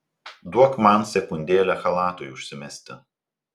duok man sekundėlę chalatui užsimesti